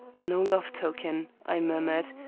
no love token, i murmured,